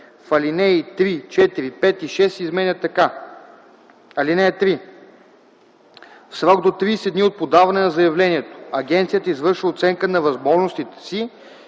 3. Алинеи 3, 4, 5 и 6 се изменят така: „(3) В срок до 30 дни от подаване на заявлението агенцията извършва оценка на възможностите си